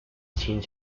sin